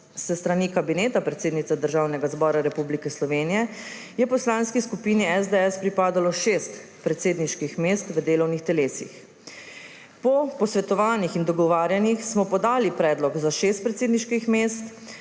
zbora Republike Slovenije je poslanski skupini SDS pripadalo šest predsedniških mest v delovnih telesih. Po posvetovanjih in dogovarjanjih smo podali predlog za šest predsedniških mest,